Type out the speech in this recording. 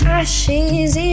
ashes